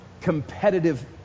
competitive